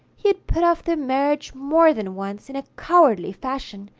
he had put off their marriage more than once in a cowardly fashion,